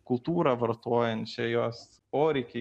kultūrą vartojančią jos poreikį